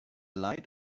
light